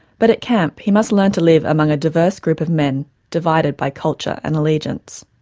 but at camp, he must learn to live among a diverse group of men divided by culture and allegiance.